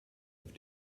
auf